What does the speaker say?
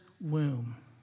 womb